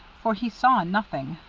for he saw nothing,